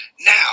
now